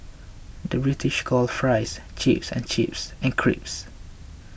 the British calls Fries Chips and chips